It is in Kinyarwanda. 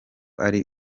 ari